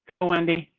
wendy.